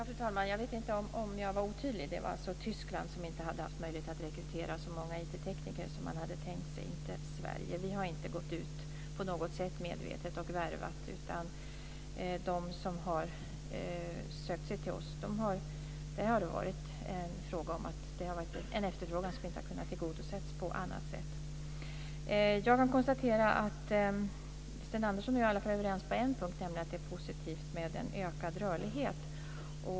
Fru talman! Jag vet inte om jag var otydlig. Det var alltså Tyskland som inte hade haft möjlighet att rekrytera så många IT-tekniker som man hade tänkt sig, inte Sverige. Vi har inte gått ut medvetet och värvat. De som har sökt sig till oss har kommit på grund av en efterfrågan som inte har kunnat tillgodoses på annat sätt. Jag kan konstatera att Sten Andersson och jag i alla fall är överens på en punkt, nämligen att det är positivt med en ökad rörlighet.